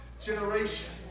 generation